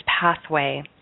pathway